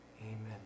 amen